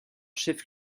chef